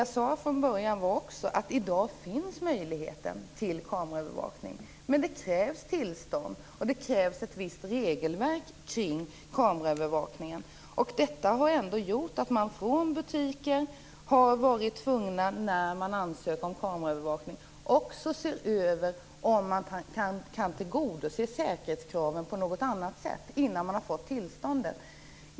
Jag sade från början att möjligheten till kameraövervakning i dag finns men att det krävs tillstånd och ett visst regelverk kring kameraövervakningen. Detta har gjort att man från butiker som har ansökt om kameraövervakning har varit tvungen att också undersöka om man kan tillgodose säkerhetskraven på något annat sätt innan man har fått tillståndet.